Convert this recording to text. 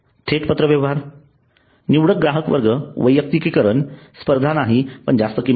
थेट पत्रव्यवहार निवडक ग्राहकवर्ग वैयक्तिकरण स्पर्धा नाही पण जास्त किंमत